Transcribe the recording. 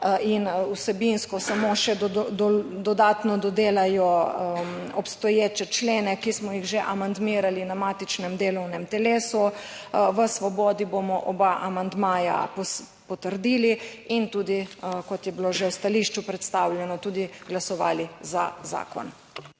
in vsebinsko samo še dodatno dodelajo obstoječe člene, ki smo jih že amandmirali na matičnem delovnem telesu. V Svobodi bomo oba amandmaja potrdili in tudi kot je bilo že v stališču predstavljeno, tudi glasovali za zakon.